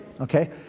okay